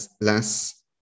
less